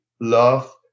love